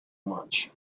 much